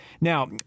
Now